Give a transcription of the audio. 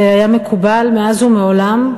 זה היה מקובל מאז ומעולם,